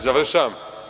Završavam.